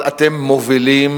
אבל אתם מובילים,